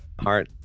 heart